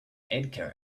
edgar